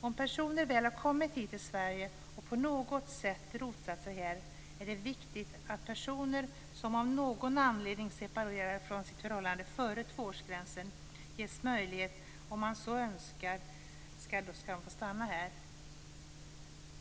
Om personer väl har kommit hit till Sverige och på något sätt rotat sig här är det viktigt att personer som av någon anledning separerar och lämnar sitt förhållande före tvåårsgränsen ges möjlighet att stanna här om de så önskar.